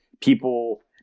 people